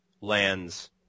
lands